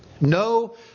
No